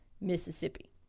Mississippi